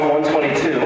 122